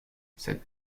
cette